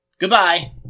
Goodbye